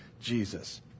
Jesus